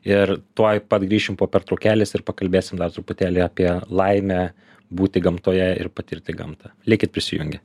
ir tuoj pat grįšim po pertraukėlės ir pakalbėsim dar truputėlį apie laimę būti gamtoje ir patirti gamtą likit prisijungę